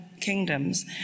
kingdoms